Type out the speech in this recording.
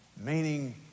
Meaning